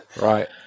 Right